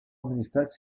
administrat